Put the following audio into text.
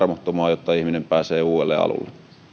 jotta ihminen pääsee uudelle alulle